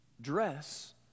Dress